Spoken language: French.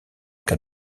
cas